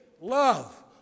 love